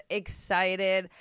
excited